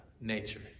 nature